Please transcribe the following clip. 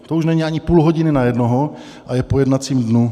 To už není ani půl hodiny na jednoho a je po jednacím dnu.